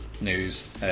news